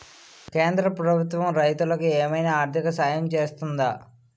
కేంద్ర ప్రభుత్వం రైతులకు ఏమైనా ఆర్థిక సాయం చేస్తుందా?